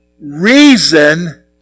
reason